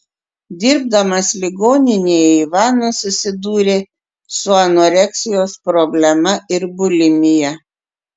dirbdamas ligoninėje ivanas susidūrė su anoreksijos problema ir bulimija